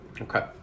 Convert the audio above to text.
okay